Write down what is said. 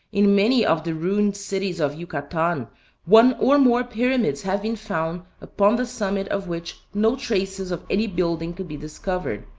in many of the ruined cities of yucatan one or more pyramids have been found upon the summit of which no traces of any building could be discovered,